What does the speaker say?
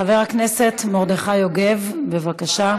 חבר הכנסת מרדכי יוגב, בבקשה.